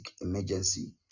emergency